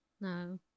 No